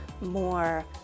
more